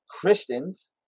Christians